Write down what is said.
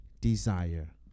desire